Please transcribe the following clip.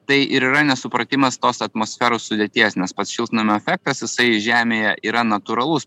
tai ir yra nesupratimas tos atmosferos sudėties nes pats šiltnamio efektas jisai žemėje yra natūralus